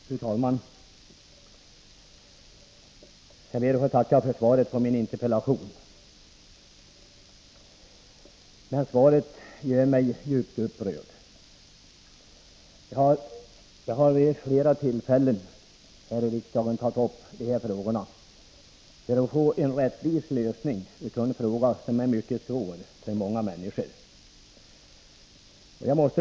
Fru talman! Jag ber att få tacka för svaret på min interpellation. Men svaret gör mig djupt upprörd. Jag har vid flera tillfällen tagit upp det här spörsmålet för att få en rättvis lösning av en fråga som är mycket svår för många människor.